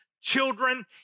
children